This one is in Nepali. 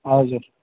हजुर